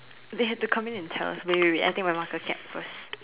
they have to come in and tell us wait wait wait I take marker cap first